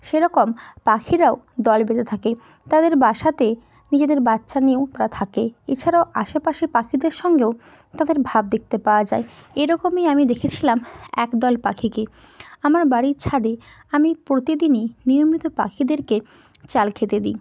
সেরকম পাখিরাও দল বেঁধে থাকে তাদের বাসাতে নিজেদের বাচ্চা নিয়েও তারা থাকে এছাড়াও আশেপাশে পাখিদের সঙ্গেও তাদের ভাব দেখতে পাওয়া যায় এরকমই আমি দেখেছিলাম এক দল পাখিকে আমার বাড়ির ছাদে আমি প্রতিদিনই নিয়মিত পাখিদেরকে চাল খেতে দিই